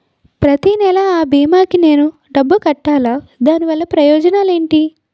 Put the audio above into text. ప్రతినెల అ భీమా కి నేను డబ్బు కట్టాలా? దీనివల్ల ప్రయోజనాలు ఎంటి?